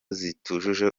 zitujuje